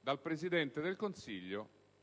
dal Presidente del Consiglio